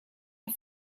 ein